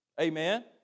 Amen